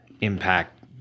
impact